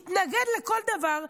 התנגד לכל דבר,